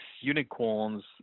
unicorns